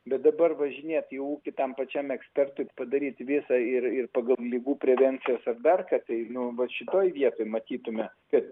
bet dabar važinėt jau tam pačiam ekspertui padaryt visą ir ir pagal ligų prevencijas ir dar ką tai nu vat šitoj vietoj matytume kad